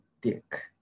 dick